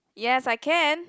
yes I can